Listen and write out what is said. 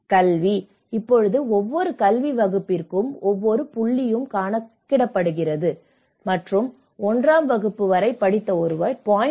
கல்வி இப்போது ஒவ்வொரு கல்வி வகுப்பிற்கும் ஒவ்வொரு புள்ளியும் கணக்கிடப்படுகிறது மற்றும் 1 ஆம் வகுப்பு வரை படித்த ஒருவர் 0